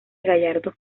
gallardos